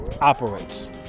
operates